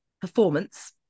performance